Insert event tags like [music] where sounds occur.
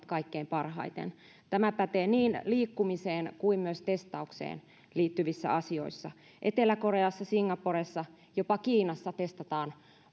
[unintelligible] kaikkein parhaiten tämä pätee niin liikkumiseen kuin myös testaukseen liittyvissä asioissa etelä koreassa singaporessa ja jopa kiinassa testataan